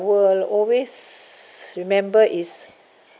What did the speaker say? will always remember is